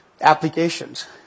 applications